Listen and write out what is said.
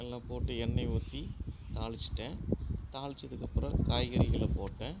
எல்லாம் போட்டு எண்ணெயை ஊற்றி தாளிச்சிவிட்டேன் தாளிச்சதுக்கப்பறம் காய்கறிகளை போட்டேன்